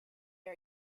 are